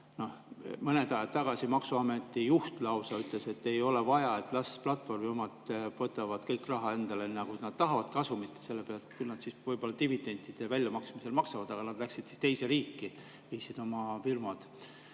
siis mõni aeg tagasi maksuameti juht lausa ütles, et ei ole vaja, las platvormi omad võtavad kõik raha endale, nagu nad tahavad, kasumi selle pealt, võib-olla nad siis dividendi väljamaksmisel maksavad [makse]. Aga nad läksid siis teise riiki, viisid oma firmad